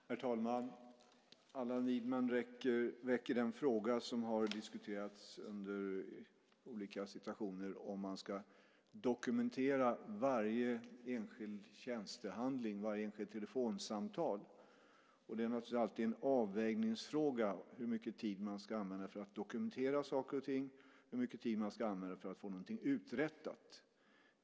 Herr talman! Allan Widman väcker den fråga som har diskuterats i olika situationer om man ska dokumentera varje enskild tjänstehandling och varje enskilt telefonsamtal. Det är naturligtvis alltid en avvägningsfråga hur mycket tid man ska använda för att dokumentera saker och ting och hur mycket tid man ska använda för att få någonting uträttat.